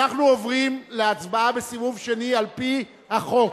אנחנו עוברים להצבעה בסיבוב שני, על-פי החוק.